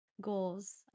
goals